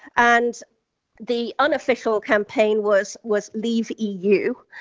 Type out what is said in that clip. and the unofficial campaign was was leave. eu,